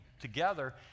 together